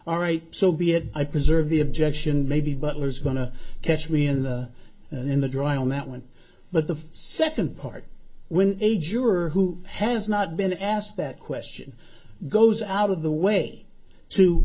all right so be it i preserve the objection maybe butler's going to catch me in the in the drawing on that one but the second part when a juror who has not been asked that question goes out of the way to